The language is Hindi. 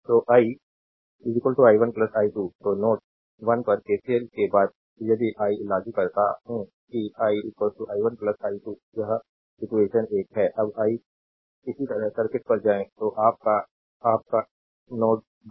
स्लाइड टाइम देखें 0223 तो आई i1 i2 तो नोड 1 पर KCL के बाद यदि आई लागू करता हूं कि i i1 i2 यह इक्वेशन 1 है अब इसी तरह सर्किट पर जाएं तो आप का तो आप का नोड 2